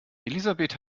elisabeth